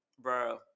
Bro